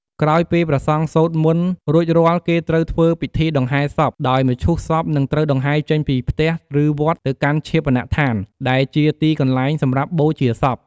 ក្រោយពេលព្រះសង្ឃសូត្រមន្ដរួចរាល់គេត្រូវធ្វើពិធីដង្ហែសព ដោយមឈូសសពនឹងត្រូវដង្ហែរចេញពីផ្ទះ ឬវត្ត ទៅកាន់ ឈាបនដ្ឋាន ដែលជាទីកន្លែងសម្រាប់បូជាសព។